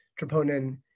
troponin